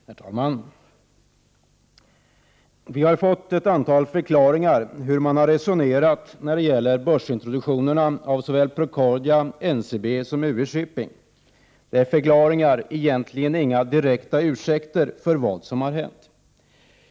Herr talman! Vi har fått ett antal förklaringar till hur regeringen har resonerat när det gäller börsintroduktionerna av såväl Procordia och NCB som UV-Shipping. Det är alltså inga direkta ursäkter för vad som har hänt.